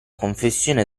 confessione